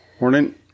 Morning